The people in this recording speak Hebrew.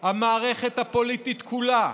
המערכת הפוליטית כולה,